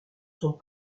sont